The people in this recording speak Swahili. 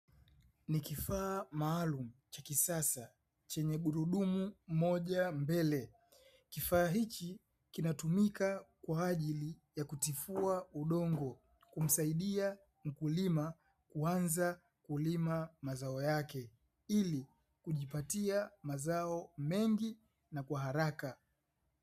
Ni kifaa maalumu cha kisasa chenye gurudumu moja mbele. Kifaa hiki kinatumika kwa ajili ya kutifua udongo, kumsaidia mkulima kuanza kulima mazao yake, ili kumpatia mazao mengi na kwa haraka.